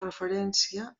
referència